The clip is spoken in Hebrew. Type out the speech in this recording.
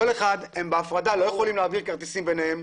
כל אחד בהפרדה ולא יכולים להעביר כרטיס מאחד לשני.